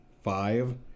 five